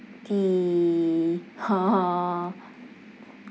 the ha ha